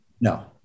No